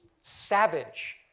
Savage